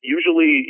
Usually